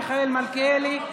מיכאל מלכיאלי,